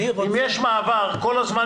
אם יש מעבר שוטף כל הזמן